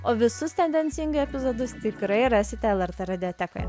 o visus tendencingai epizodus tikrai rasite lrt radiotekoje